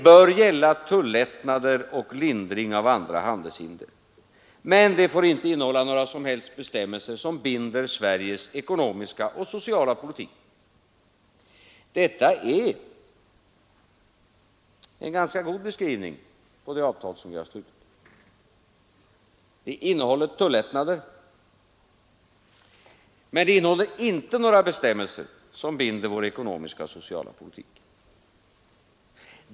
Men det s till vad som traditionellt ryms inom ett preferensavtal får inte innehålla några som helst bestämmelser som binder Sveriges ekonomiska och sociala politik.” Det är en ganska god beskrivning på det avtal som vi har slutit. Det innehåller tullättnader, och det innehåller inte ra bestämmelser som binder vår ekonomiska och sociala politik.